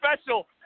special